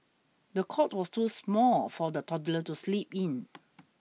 the cot was too small for the toddler to sleep in